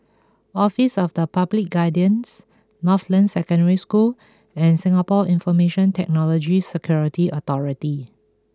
Office of the Public Guardians Northland Secondary School and Singapore Information Technology Security Authority